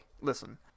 Listen